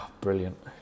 Brilliant